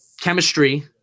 chemistry